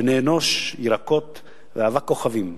בני-אנוש, ירקות ואבק כוכבים,